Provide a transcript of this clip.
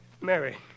Mary